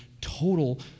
total